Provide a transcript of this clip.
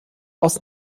aus